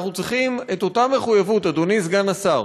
אנחנו צריכים את אותה מחויבות, אדוני סגן השר.